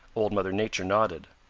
old mother nature nodded.